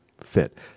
fit